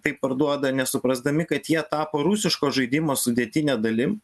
tai parduoda nesuprasdami kad jie tapo rusiškos žaidimo sudėtine dalim